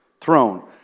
throne